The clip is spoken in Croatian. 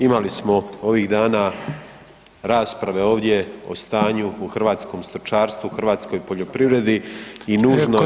Imali smo ovih dana rasprave ovdje o stanju u hrvatskom stočarstvu, hrvatskoj poljoprivredi i nužno je da…